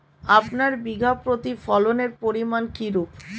আপনার বিঘা প্রতি ফলনের পরিমান কীরূপ?